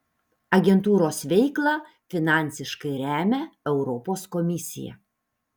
agentūros veiklą finansiškai remia europos komisija